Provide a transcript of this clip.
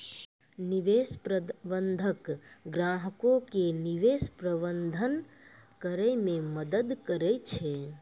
निवेश प्रबंधक ग्राहको के निवेश प्रबंधन करै मे मदद करै छै